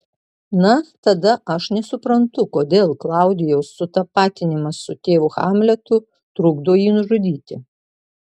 na tada aš nesuprantu kodėl klaudijaus sutapatinimas su tėvu hamletui trukdo jį nužudyti